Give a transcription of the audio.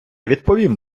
відповім